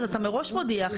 אז אתה מראש מודיע,